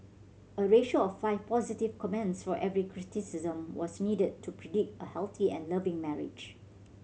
a ratio of five positive comments for every criticism was needed to predict a healthy and loving marriage